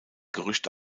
gerücht